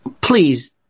please